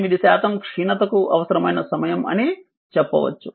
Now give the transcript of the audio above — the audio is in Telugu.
8 శాతం క్షీణత కు అవసరమైన సమయం అని చెప్పవచ్చు